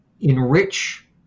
enrich